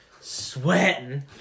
Sweating